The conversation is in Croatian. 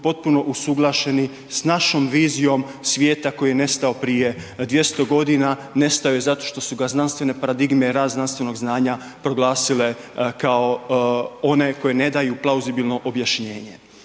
potpuno usuglašeni s našom vizijom svijeta koji je nestao prije 200.g., nestao je zato što su ga znanstvene paradigme, rad znanstvenog znanja, proglasile kao one koji ne daju plauzibilno objašnjenje.